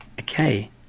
okay